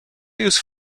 use